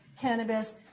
cannabis